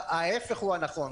ההיפך הוא הנכון.